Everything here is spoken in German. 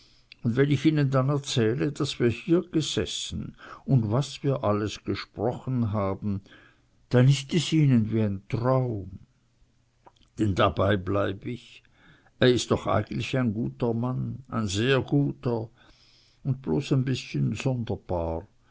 un wenn ich ihnen dann erzähle daß wir hier gesessen und was wir alles gesprochen haben dann is es ihnen wie'n traum denn dabei bleib ich er is eijentlich auch ein juter mann ein sehr juter un bloß ein bißchen sonderbar